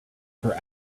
her